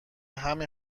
همین